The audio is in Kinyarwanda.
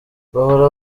bahora